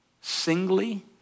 singly